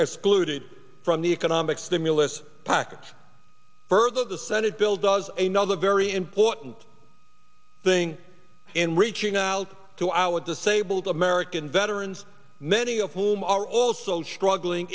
polluted from the economic stimulus package further the senate bill does a nother very important thing in reaching out to our disabled american veterans many of whom are also struggling